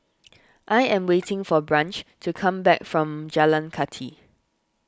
I am waiting for Branch to come back from Jalan Kathi